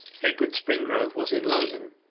edward springrove was in london,